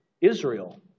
Israel